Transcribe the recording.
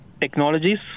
technologies